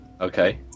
Okay